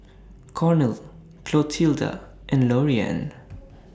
Cornel Clotilda and Loriann